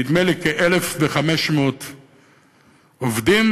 נדמה לי כ-1,500 עובדים,